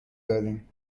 داریم